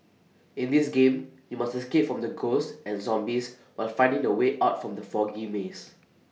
in this game you must escape from the ghosts and zombies while finding the way out from the foggy maze